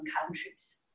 countries